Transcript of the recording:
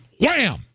Wham